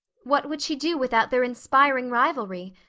what would she do without their inspiring rivalry?